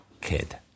kid